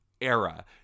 era